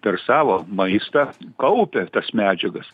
per savo maistą kaupia tas medžiagas